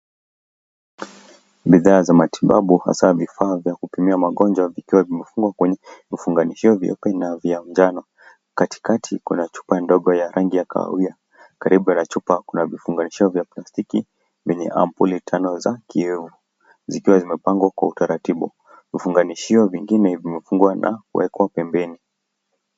Bidhaa za matibabu, hasa vifaa vya kupimia magonjwa vikiwa vimefungwa kwenye vifunganishio vyeupe na vya njano. Katikati kuna chupa ndogo ya rangi ya kahawia, karibu na chupa kuna vifunganishio vya plastiki vyenye ampuli tano za kioo, zikiwa zimeoangwa kwa utaratibu. Vifunganishio vingine vimepangwa na kuwekwa pembeni.